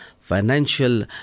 financial